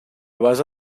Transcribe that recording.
base